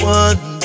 one